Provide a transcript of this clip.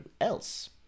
else